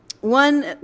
one